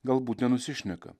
galbūt nenusišneka